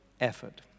effort